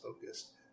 focused